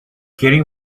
kenny